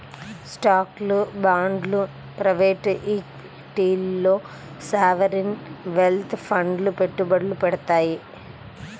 స్టాక్లు, బాండ్లు ప్రైవేట్ ఈక్విటీల్లో సావరీన్ వెల్త్ ఫండ్లు పెట్టుబడులు పెడతాయి